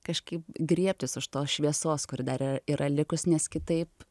kažkaip griebtis už tos šviesos kur dar yra likus nes kitaip